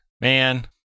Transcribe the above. man